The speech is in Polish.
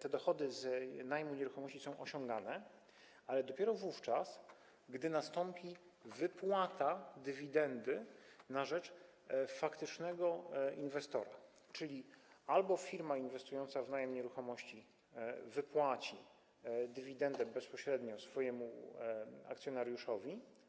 te dochody z najmu nieruchomości są osiągane, ale dopiero wówczas, gdy nastąpi wypłata dywidendy na rzecz faktycznego inwestora, czyli firma inwestująca w najem nieruchomości wypłaci dywidendę bezpośrednio swojemu akcjonariuszowi.